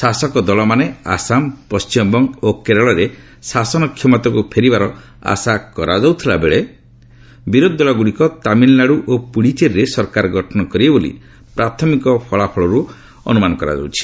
ଶାସକ ଦଳମାନେ ଆସାମ ପଶ୍ଚିମବଙ୍ଗ ଓ କେରଳରେ ଶାସନ କ୍ଷମତାକୁ ଫେରିବାର ଆଶା କରାଯାଉଥିବା ବେଳେ ବିରୋଧୀ ଦଳ ଗୁଡ଼ିକ ତାମିଲନାଡୁ ଓ ପୁଡ଼ୁଚେରୀରେ ସରକାର ଗଠନ କରିବେ ବୋଲି ପ୍ରାଥମିକ ଫଳାଫଳରୁ ଅନୁମାନ କରାଯାଉଛି